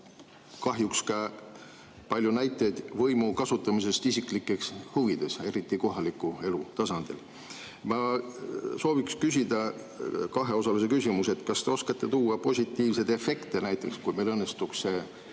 Kahjuks on ka palju näiteid võimu kasutamisest isiklikes huvides, eriti kohaliku elu tasandil. Ma soovin küsida kaheosalise küsimuse. Kas te oskate tuua positiivseid efekte näiteks, kui meil õnnestuks ellu